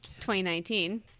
2019